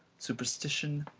superstition,